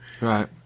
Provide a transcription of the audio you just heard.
Right